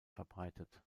verbreitet